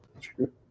True